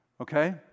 okay